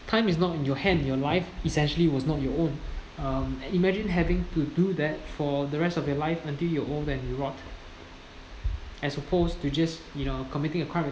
time is not in your hand your life essentially was not your own um imagine having to do that for the rest of your life until you're old and then you rot as opposed to just you know committing a crime